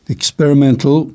Experimental